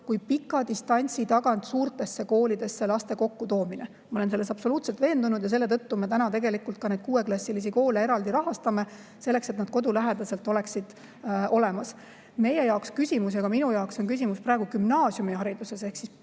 kui pika distantsi tagant suurtesse koolidesse laste kokkutoomine. Ma olen selles absoluutselt veendunud ja selle tõttu me tegelikult ka neid kuueklassilisi koole eraldi rahastame, selleks et nad kodulähedaselt oleksid olemas. Meie jaoks ja ka minu jaoks on küsimus praegu gümnaasiumihariduses ehk